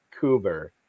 Kuber